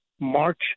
March